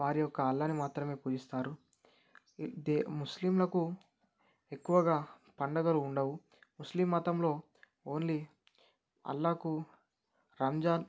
వారి యొక్క అల్లాహ్ని మాత్రమే పూజిస్తారు ముస్లింలకు ఎక్కువగా పండగలు ఉండవు ముస్లిం మతంలో ఓన్లీ అల్లాహ్కు రంజాన్